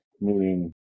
meaning